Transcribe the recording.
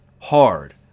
hard